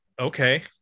okay